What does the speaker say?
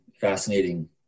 fascinating